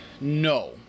No